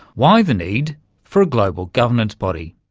why the need for a global governance body?